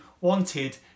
wanted